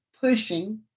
pushing